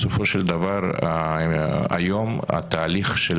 בסופו של דבר היום התהליך הראשוני של